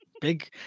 big